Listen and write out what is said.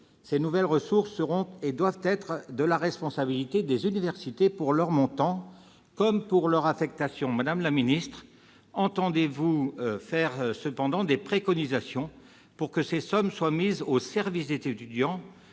ces nouvelles ressources seront, et devront l'être, de la responsabilité des universités, pour leur montant comme pour leur affectation. Madame la ministre, entendez-vous néanmoins faire des préconisations pour que ces sommes soient mises au service des étudiants,